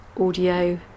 audio